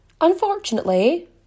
unfortunately